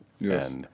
Yes